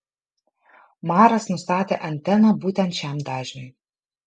maras nustatė anteną būtent šiam dažniui